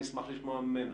אני אשמח לשמוע ממנה.